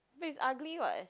but is ugly [what]